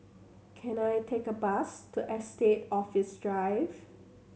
can I take a bus to Estate Office Drive